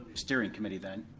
steering committee, then,